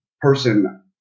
person